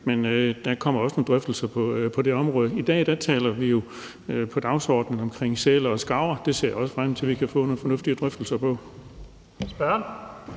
men der kommer også nogle drøftelser på det område. I dag taler vi jo om sæler og skarver; det er det, der er på dagsordenen. Det ser jeg også frem til at vi kan få nogle fornuftige drøftelser om.